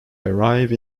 arrive